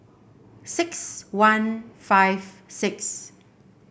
six one five six